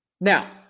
Now